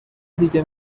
دیگه